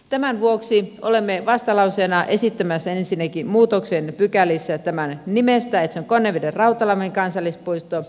tämän vuoksi olemme vastalauseena esittämässä ensinnäkin muutoksen pykälissä tämän nimestä niin että se on konnevedenrautalammin kansallispuisto